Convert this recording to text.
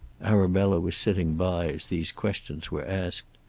arabella was sitting by as these questions were asked.